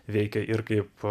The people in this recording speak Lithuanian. veikia ir kaip